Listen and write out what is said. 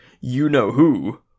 you-know-who